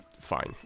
fine